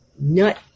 nut